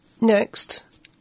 Next